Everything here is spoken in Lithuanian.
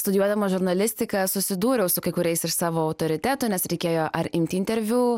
studijuodama žurnalistiką susidūriau su kai kuriais iš savo autoritetų nes reikėjo ar imti interviu